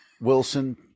Wilson